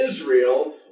Israel